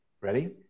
ready